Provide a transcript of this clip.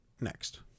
next